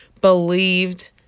believed